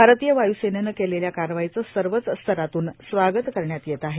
भारतीय वायू सेनेनं केलेल्या कारवाईचं सवच स्तरातून स्वागत करण्यात येत आहे